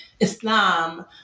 Islam